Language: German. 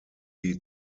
die